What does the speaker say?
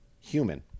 human